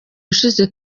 ushize